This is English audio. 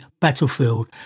battlefield